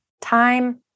time